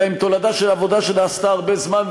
אלא הם תולדה של עבודה שנעשתה הרבה זמן,